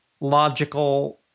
logical